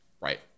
Right